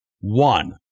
One